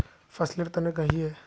फसल लेर तने कहिए?